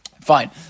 Fine